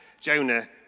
Jonah